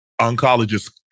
Oncologist